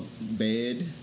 Bed